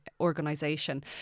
organization